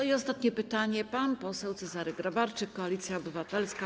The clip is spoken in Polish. I ostatnie pytanie, pan poseł Cezary Grabarczyk, Koalicja Obywatelska.